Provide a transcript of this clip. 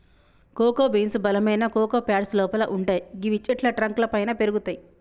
cocoa beans బలమైన cocoa pods లోపల వుంటయ్ గివి చెట్ల ట్రంక్ లపైన పెరుగుతయి